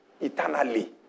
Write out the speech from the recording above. eternally